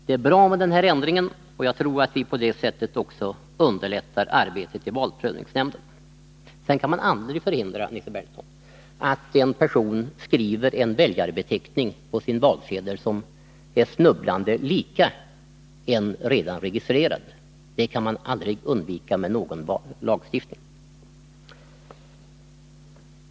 Det är bra med denna ändring — på så sätt underlättar vi också arbetet i valprövningsnämnden. Sedan kan man aldrig, Nils Berndtson, förhindra att en person på en valsedel skriver en väljarbeteckning som är snubblande lik en redan registrerad. Det kan man aldrig undvika med någon vallagstiftning.